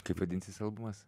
kaip vadinsis albumas